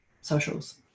socials